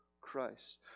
Christ